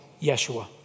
Yeshua